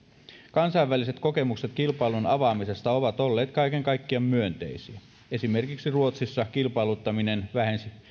kansainväliset kokemukset kilpailun avaamisesta ovat olleet kaiken kaikkiaan myönteisiä esimerkiksi ruotsissa kilpailuttaminen vähensi